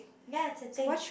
ya it's a thing